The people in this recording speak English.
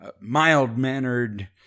mild-mannered